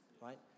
right